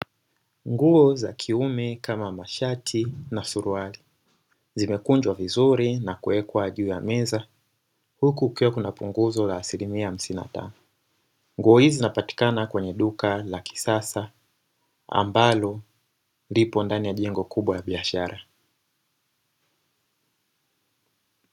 Nguo za kiume, kama mashati na suruali zimekunjwa vizuri na kuwekwa juu ya meza. Huku kukiwa na punguzo la asilimia hamsini na tano. Nguo hizi zinapatikana kwenye duka la kisasa ambalo lipo ndani ya jengo kubwa ya biashara.